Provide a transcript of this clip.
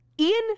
Ian